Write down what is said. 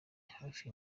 hafi